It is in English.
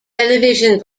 television